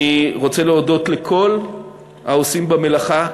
אני רוצה להודות לכל העושים במלאכה.